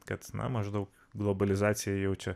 kad na maždaug globalizacija jaučia